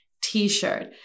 t-shirt